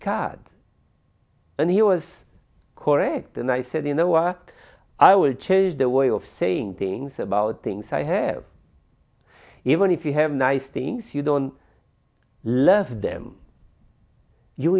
cards and he was correct and i said you know what i will change the way of saying things about things i have even if you have nice things you don't love them you